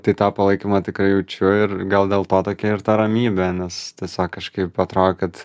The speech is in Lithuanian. tai tą palaikymą tikrai jaučiu ir gal dėl to tokia ir ta ramybė nes tiesiog kažkaip atrodo kad